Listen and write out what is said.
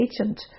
agent